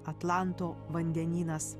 atlanto vandenynas